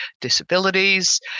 disabilities